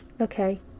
Okay